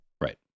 Right